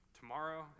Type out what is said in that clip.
tomorrow